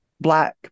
Black